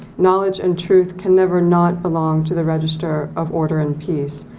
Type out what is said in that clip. knowledge and truth can never not belong to the register of order and peace,